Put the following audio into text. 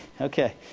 Okay